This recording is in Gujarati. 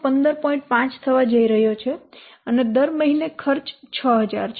5 થવા જઇ રહ્યો છે અને દર મહિને ખર્ચ 6000 છે